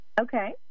Okay